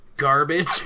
garbage